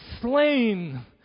slain